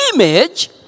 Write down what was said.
image